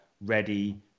ready